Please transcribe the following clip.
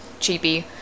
cheapy